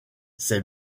ses